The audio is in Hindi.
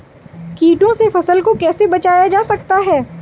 कीटों से फसल को कैसे बचाया जा सकता है?